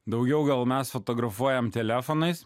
daugiau gal mes fotografuojame telefonais